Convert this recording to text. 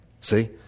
See